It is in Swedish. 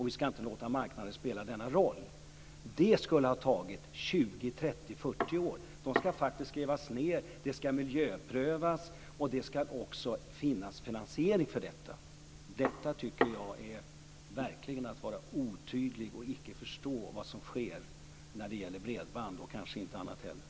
Vi ska inte ska låta marknaden spela denna roll. Men då skulle det ta 20, 30 eller 40 år. Det ska ju grävas ned och dessutom ska det hela miljöprövas. Det ska också finnas en finansiering för detta. Här tycker jag verkligen att det är att vara otydlig och icke förstå vad som sker när det gäller bredband, och kanske inte annat heller.